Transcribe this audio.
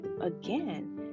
again